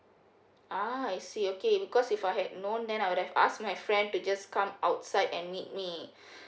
ah I see okay because if I had known then I would def~ ask my friend to just come outside and meet me